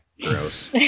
gross